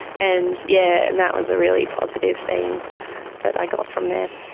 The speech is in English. and yeah and that was a really positive thing that i got from there.